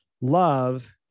love